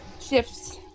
shifts